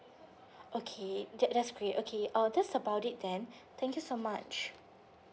okay that that's great okay uh that's about it then thank you so much